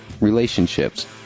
relationships